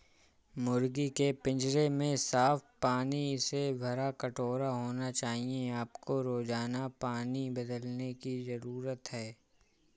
मुर्गी के पिंजरे में साफ पानी से भरा कटोरा होना चाहिए आपको रोजाना पानी बदलने की जरूरत है